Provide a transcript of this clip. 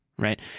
right